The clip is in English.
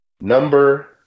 Number